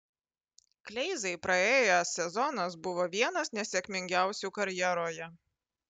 kleizai praėjęs sezonas buvo vienas nesėkmingiausių karjeroje